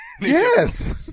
Yes